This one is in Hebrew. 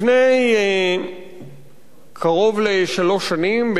לפני קרוב לשלוש שנים,